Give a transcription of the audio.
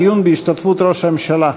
דיון בהשתתפות ראש הממשלה.